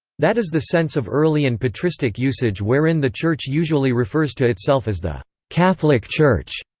that is the sense of early and patristic usage wherein the church usually refers to itself as the catholic church,